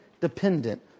dependent